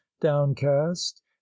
downcast